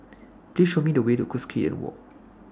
Please Show Me The Way to Cuscaden Walk